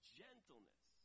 gentleness